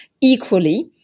equally